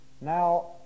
now